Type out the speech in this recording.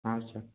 ହଁ ସାର୍